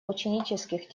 ученических